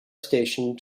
station